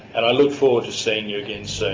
and i look forward to seeing you again soon.